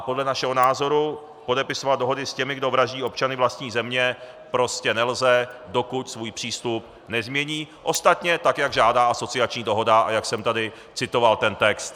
Podle našeho názoru podepisovat dohody s těmi, kdo vraždí občany vlastní země, prostě nelze, dokud svůj přístup nezmění, ostatně tak, jak žádá asociační dohoda a jak jsem tady citoval ten text.